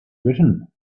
written